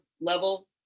level